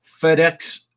FedEx